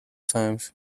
times